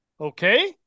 okay